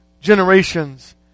generations